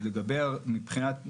אז נדבר על נתונים: